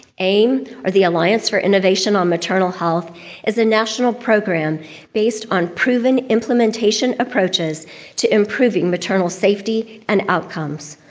aim or the alliance for innovation on maternal health is a national program based on proven implementation approaches to improving maternal safety and outcomes.